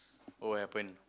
what will happen